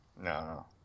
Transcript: No